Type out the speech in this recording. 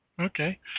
Okay